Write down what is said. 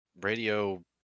radio